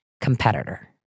competitor